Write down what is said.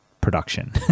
production